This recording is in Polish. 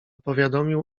powiadomił